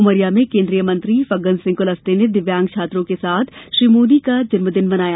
उमरिया में केंद्रीय मंत्री फग्गन सिंह कुलस्ते ने दिव्यागों छात्रों के साथ श्री मोदी का जन्मदिन मनाया